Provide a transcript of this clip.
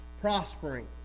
prospering